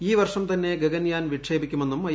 ഈ വർഷം തന്നെ ഗഗൻയാൻ വിക്ഷേപിക്കുമെന്നും ഐ